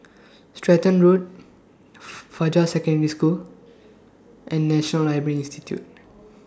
Stratton Road Fajar Secondary School and National Library Institute